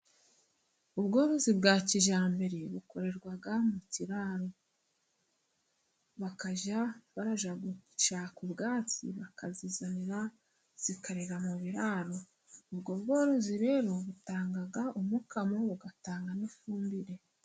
Ubworozi bwa kijyambere bukorerwa mu kiraro, bakajya bajya gushaka ubwatsi bakazizanira zikarira mu biraro. Ubwo bworozi rero butanga umukamo, bugatanga n'ifumbire.